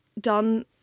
done